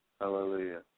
Hallelujah